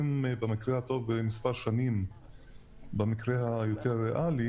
במקרה הטוב ומספר שנים במקרה היותר ריאלי,